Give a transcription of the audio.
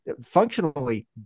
functionally